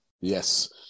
Yes